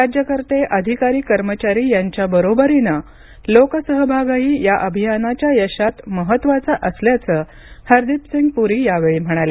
राज्यकर्ते अधिकारी कर्मचारी यांच्याबरोबरीनं लोकसहभागही या अभियानाच्या यशात महत्त्वाचा असल्याचं हरदीप सिंग पुरी यावेळी म्हणाले